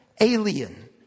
alien